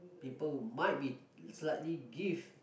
people might be slightly give